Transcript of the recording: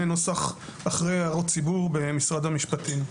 נוסח אחרי הערות ציבור במשרד המשפטים.